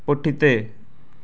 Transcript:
पुठिते